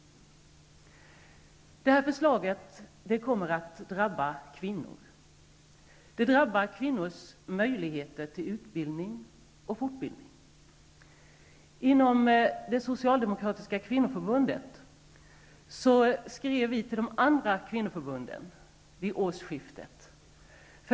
Det här förslaget kommer att drabba kvinnor. Det drabbar kvinnors möjligheter till utbildning och fortbildning. Det socialdemokratiska kvinnoförbundet skrev till de andra kvinnoförbunden vid årsskiftet.